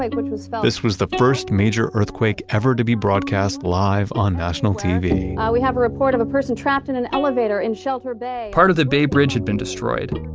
like which was felt, this was the first major earthquake ever to be broadcast live on national tv we have a report of a person trapped in an elevator in shelter bay part of the bay bridge had been destroyed.